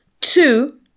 Two